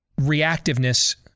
reactiveness